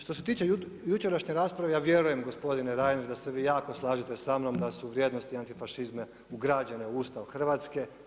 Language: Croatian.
Što se tiče jučerašnje rasprave ja vjerujem gospodine Reiner da se vi jako slažete sa mnom da su vrijednosti antifašizma ugrađene u Ustav Hrvatske.